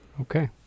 Okay